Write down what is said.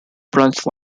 branch